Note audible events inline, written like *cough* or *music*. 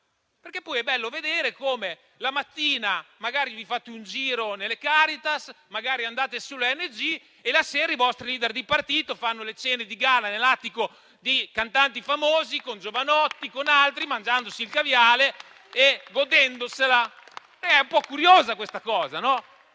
Però poi è bello vedere come la mattina vi fate un giro per le Caritas, magari nelle ONG, e la sera i vostri *leader* di partito fanno le cene di gala negli attici di cantanti famosi, con Jovanotti e altri, mangiando caviale e godendosela. *applause* È un po' curiosa questa cosa, no?